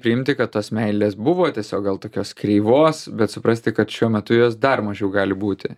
priimti kad tos meilės buvo tiesiog gal tokios kreivos bet suprasti kad šiuo metu jos dar mažiau gali būti